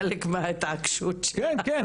"..כחלק מההתעקשות שלך.." כן, כן.